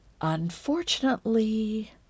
Unfortunately